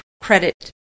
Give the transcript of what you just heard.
credit